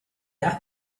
has